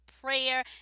prayer